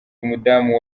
umudamu